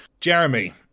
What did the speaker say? jeremy